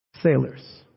sailors